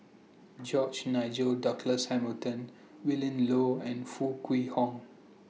George Nigel Douglas Hamilton Willin Low and Foo Kwee Horng